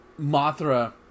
Mothra